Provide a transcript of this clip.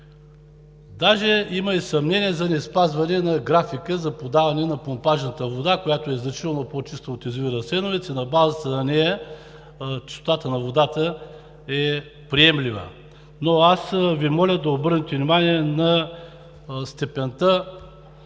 Даже има и съмнение за неспазване на графика за подаване на помпажната вода, която значително е по-чиста от язовир „Асеновец“ и на базата на нея чистотата на водата е приемлива. Но аз Ви моля да обърнете внимание на степента